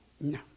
No